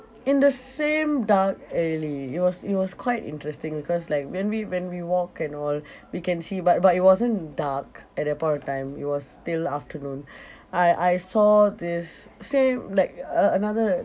in the same dark alley it was it was quite interesting because like when we when we walk and all we can see but but it wasn't dark at that point of time it was still afternoon I I saw this same like uh another